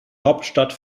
hauptstadt